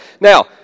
Now